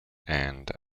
and